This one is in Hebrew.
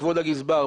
כבוד הגזבר,